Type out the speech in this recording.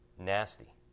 nasty